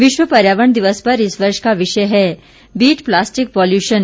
विश्व पर्यावरण दिवस पर इस वर्ष का विषय है बीट प्लास्टिक पॉल्यूशन